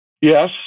Yes